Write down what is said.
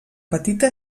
petita